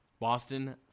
Boston